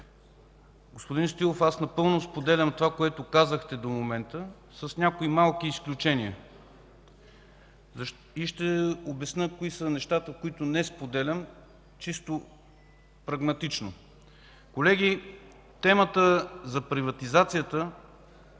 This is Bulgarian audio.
Господин Стоилов, напълно споделям това, което казахте до момента, с някои малки изключения. Ще обясня нещата, които не споделям чисто прагматично. Колеги, темата за приватизацията е